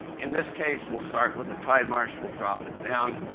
in this case, we'll start with a tide marsh. we'll drop it down.